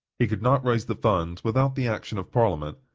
he could not raise the funds without the action of parliament,